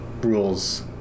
rules